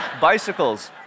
bicycles